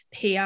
PR